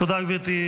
תודה, גברתי.